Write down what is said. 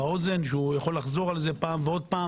ויכול לחזור על זה שוב ושוב.